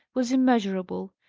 was immeasurable.